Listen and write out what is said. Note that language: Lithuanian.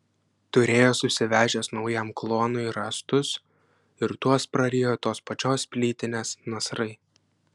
turėjo susivežęs naujam kluonui rąstus ir tuos prarijo tos pačios plytinės nasrai